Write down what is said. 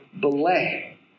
belay